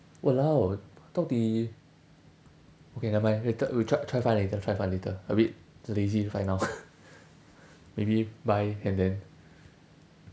!walao! 到底 okay never mind later we try try find later try find later a bit lazy to find now maybe buy and then